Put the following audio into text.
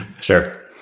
Sure